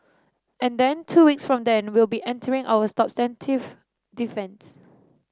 and then two weeks from then we'll be entering our substantive defence